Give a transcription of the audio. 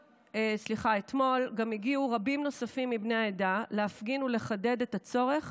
אתמול הגיעו רבים נוספים מבני העדה להפגין ולחדד את הצורך